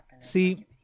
See